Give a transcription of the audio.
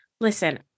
Listen